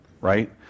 Right